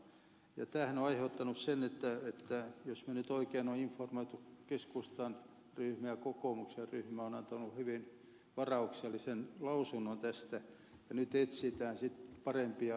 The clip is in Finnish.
tämähän on aiheuttanut sen että jos minua nyt oikein on informoitu keskustan ryhmä ja kokoomuksen ryhmä on antanut hyvin varauksellisen lausunnon tästä ja nyt etsitään sitten parempia muotoja